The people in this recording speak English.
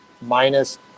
minus